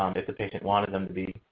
um if the patient wanted them to be.